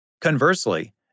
Conversely